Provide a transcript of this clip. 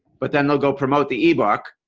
but then they'll go promote the e-book